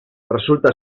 resulta